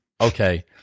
Okay